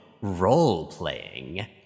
role-playing